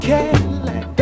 Cadillac